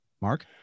Mark